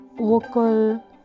Vocal